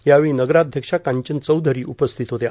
यावेळी नगराध्यक्षा कांचन चौधरी उपस्थित होत्या